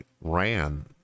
ran